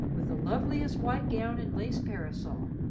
with the loveliest white gown and lace parasol,